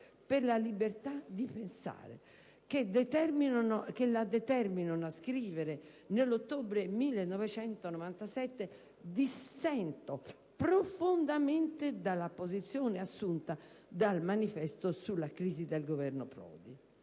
per la libertà di pensare che la determinano a scrivere, nell'ottobre 1997: «Dissento profondamente dalla posizione assunta da "il manifesto" sulla crisi del Governo Prodi».